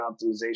optimization